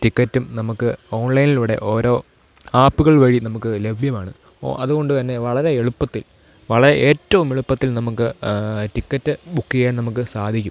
ടിക്കറ്റും നമുക്ക് ഓൺലൈനിലൂടെ ഓരോ ആപ്പുകൾ വഴി നമുക്ക് ലഭ്യമാണ് അതുകൊണ്ടുതന്നെ വളരെ എളുപ്പത്തിൽ വള ഏറ്റവും എളുപ്പത്തിൽ നമുക്ക് ടിക്കറ്റ് ബുക്കെയ്യാൻ നമുക്ക് സാധിക്കും